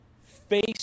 face